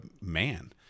man